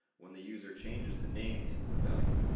when the user changes the name input value,